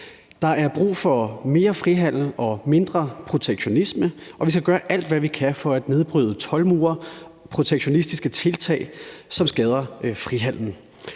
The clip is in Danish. Der er brug for mere frihandel og mindre protektionisme, og vi skal gøre alt, hvad vi kan, for at nedbryde toldmure – protektionistiske tiltag, som skader frihandelen.